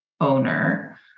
owner